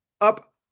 up